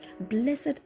blessed